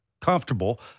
comfortable